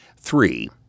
three